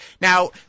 Now